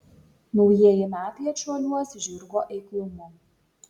naujieji metai atšuoliuos žirgo eiklumu